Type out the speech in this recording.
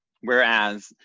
Whereas